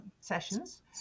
sessions